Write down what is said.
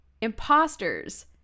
Imposters